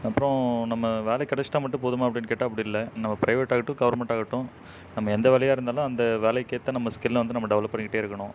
அப்புறம் நம்ம வேலை கிடச்சுட்டா மட்டும் போதுமா அப்படின்னு கேட்டால் அப்படி இல்லை நம்ம ப்ரைவேட் ஆகட்டும் கவர்மெண்ட் ஆகட்டும் நம்ம எந்த வேலையாக இருந்தாலும் அந்த வேலைக்கேற்ற நம்ம ஸ்கில்லை வந்து நம்ம டெவலப் பண்ணிக்கிட்டே இருக்கணும்